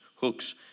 hooks